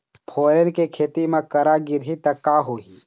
फोरन के खेती म करा गिरही त का होही?